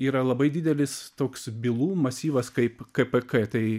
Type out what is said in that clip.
yra labai didelis toks bylų masyvas kaip kpk tai